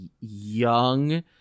young